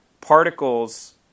particles